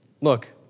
Look